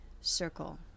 circle